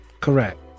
Correct